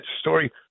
story